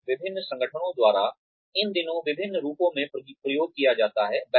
और विभिन्न संगठनों द्वारा इन दिनों विभिन्न रूपों में उपयोग किया जाता है